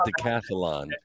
decathlon